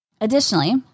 Additionally